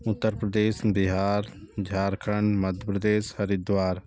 Uttar Pradesh Bihar Jharkhand Madhya Pradesh Haridwar